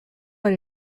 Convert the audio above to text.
elle